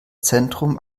zentrum